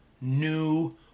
new